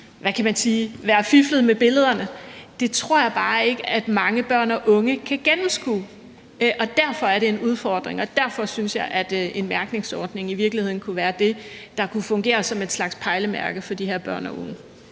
hvad kan man sige, være fiflet med billederne. Det tror jeg bare at mange børn og unge ikke kan gennemskue. Derfor er det en udfordring, og derfor synes jeg, at en mærkningsordning i virkeligheden kunne være det, der kunne fungere som en slags pejlemærke for de her børn og unge.